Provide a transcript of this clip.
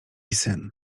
syn